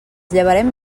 llevarem